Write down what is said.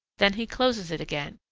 then he closes it again.